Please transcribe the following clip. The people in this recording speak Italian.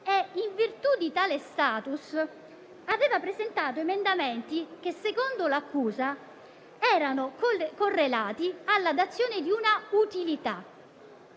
e, in virtù di tale *status*, aveva presentato emendamenti che - secondo l'accusa - erano correlati alla dazione di una utilità.